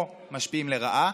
או משפיעים לרעה,